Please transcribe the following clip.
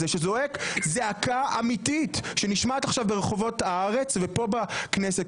שזועק זעקה אמיתית שנשמעת עכשיו ברחובות הארץ וכאן בכנסת,